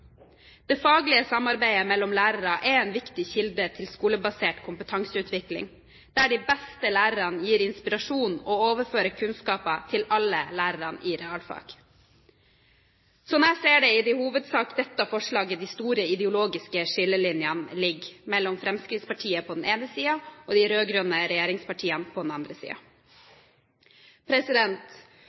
Det faglige samarbeidet mellom lærere er en viktig kilde til skolebasert kompetanseutvikling, der de beste lærerne gir inspirasjon og overfører kunnskaper til alle lærerne i realfag. Slik jeg ser det, er det i hovedsak i dette forslaget de store ideologiske skillelinjene ligger mellom Fremskrittspartiet på den ene siden og de rød-grønne regjeringspartiene på den andre.